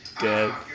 dead